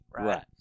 right